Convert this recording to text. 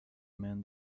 man